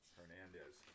Hernandez